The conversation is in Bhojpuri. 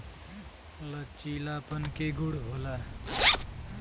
लचीलापन के गुण होला